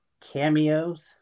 cameos